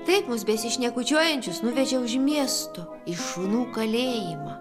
taip mums besišnekučiuojančius nuvežė už miesto į šunų kalėjimą